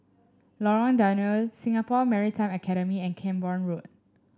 Lorong Danau Singapore Maritime Academy and Camborne Road